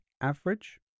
average